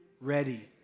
ready